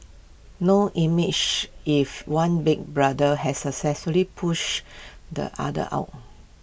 now image if one Big Brother has successfully pushed the other out